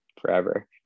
forever